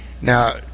Now